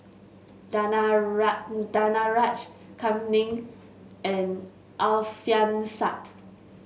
Danaraj Kam Ning and Alfian Sa'at